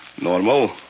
normal